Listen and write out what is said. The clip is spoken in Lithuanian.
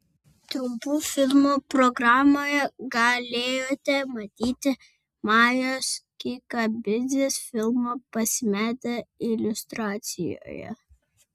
trumpų filmų programoje galėjote matyti majos kikabidzės filmą pasimetę iliustracijoje